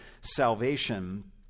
salvation